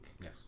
Yes